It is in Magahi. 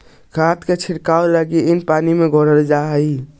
खाद के छिड़काव लगी इ पानी में घोरल जा हई